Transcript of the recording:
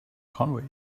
conway